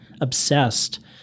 obsessed